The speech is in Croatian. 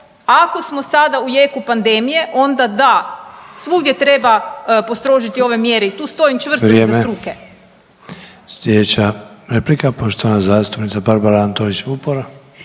ako smo sada u jeku pandemije onda da, svugdje treba postrožiti ove mjere i tu stojim čvrsto …/Upadica: Vrijeme/… iza struke. **Sanader, Ante (HDZ)** Slijedeća replika poštovana zastupnica Barbara Antolić Vupora.